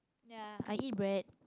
ya I eat bread